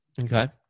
okay